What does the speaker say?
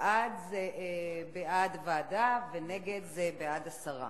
בעד זה בעד ועדה ונגד זה בעד הסרה.